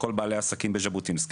כול בעלי העסקים בז'בוטינסקי,